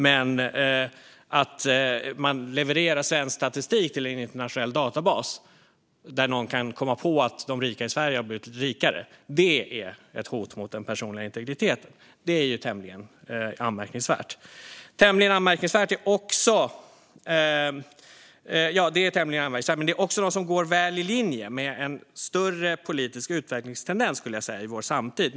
Men att man levererar svensk statistik till en internationell databas där någon kan komma på att de rika i Sverige har blivit rikare är ett hot mot den personliga integriteten. Det är tämligen anmärkningsvärt. Det är något som går väl i linje med en större politisk utvecklingstendens i vår samtid.